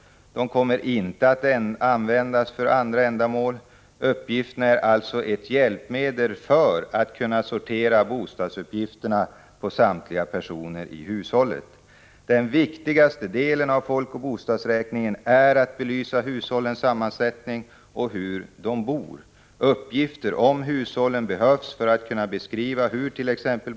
De kommer inte att användas för andra ändamål. Uppgifterna är alltså ett hjälpmedel för att kunna sortera bostadsuppgifterna på samtliga personer i hushållet. Den viktigaste delen av folkoch bostadsräkningen är att belysa hushållens sammansättning och hur de bor. Uppgifter om hushållen behövs för att kunna beskriva hurt.ex.